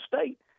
State